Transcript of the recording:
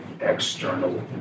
external